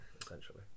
essentially